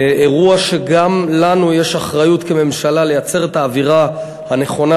אירוע שגם לנו יש אחריות כממשלה לייצר את האווירה הנכונה,